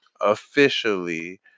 officially